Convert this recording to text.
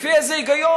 לפי איזה היגיון?